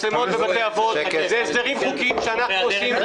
מצלמות בבתי אבות אלה הסדרים חוקיים שאנחנו עושים.